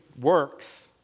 works